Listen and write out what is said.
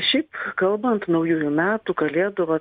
šiaip kalbant naujųjų metų kalėdų va